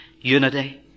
unity